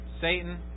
Satan